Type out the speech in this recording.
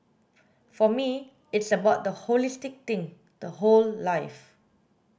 for me it's about the holistic thing the whole life